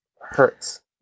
hurts